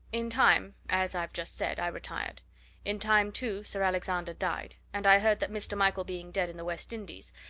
in time as i've just said, i retired in time, too, sir alexander died, and i heard that, mr. michael being dead in the west indies,